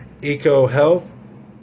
EcoHealth